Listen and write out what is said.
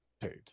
paid